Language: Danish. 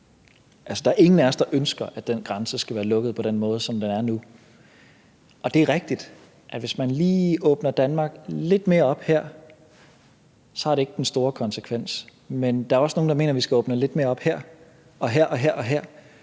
der er ingen af os, der ønsker, at den grænse skal være lukket på den måde, som den er nu, og det er rigtigt, at det, hvis man lige åbner Danmark lidt mere op her, så ikke har den store konsekvens. Men der er også nogle, der mener, at vi skal åbne lidt mere op her og der, andre steder,